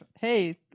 hey